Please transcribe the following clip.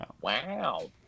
wow